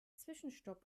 zwischenstopp